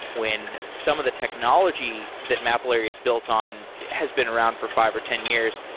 when some of the technology that mapillary is built on has been around for five or ten years,